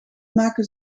maken